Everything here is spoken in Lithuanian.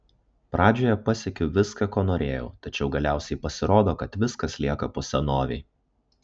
pradžioje pasiekiu viską ko norėjau tačiau galiausiai pasirodo kad viskas lieka po senovei